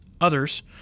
others